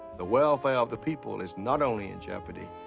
the welfare of the people is not only in jeopardy,